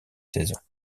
saisons